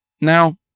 Now